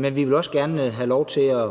men vi vil også gerne have lov til at